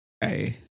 hey